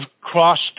crossed